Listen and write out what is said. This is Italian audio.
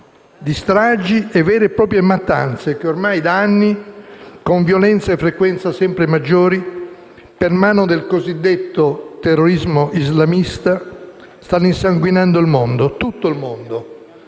di stragi, di vere e proprie mattanze che ormai da anni, con violenza e frequenza sempre maggiori, per mano del cosiddetto terrorismo islamista, stanno insanguinando il mondo, tutto il mondo: